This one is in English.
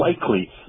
likely